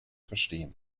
verstehen